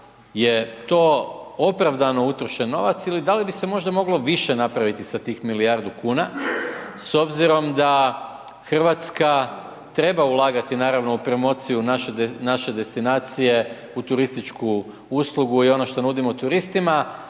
je to opravdano utrošen novac ili da li bi se možda moglo više napraviti više sa tih milijardu kuna s obzirom da RH treba ulagati naravno u promociju naše destinacije u turističku uslugu i ono što nudimo turistima,